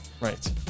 Right